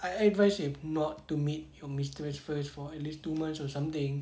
I advised him not to meet your mistress first for at least two months or something